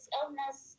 illness